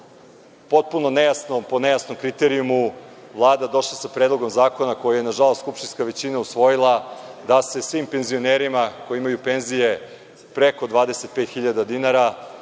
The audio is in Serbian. potpuno nejasno, po nejasnom kriterijumu Vlada došla sa predlogom zakona koji je nažalost skupštinska većina usvojila da se svim penzionerima koji imaju penzije preko 25.000 dinara